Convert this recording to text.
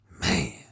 Man